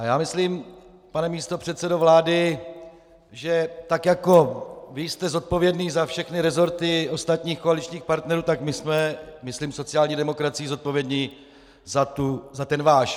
Já myslím, pane místopředsedo vlády, že tak jako vy jste zodpovědný za všechny resorty ostatních koaličních partnerů, tak my jsme myslím sociální demokracii zodpovědní za ten váš.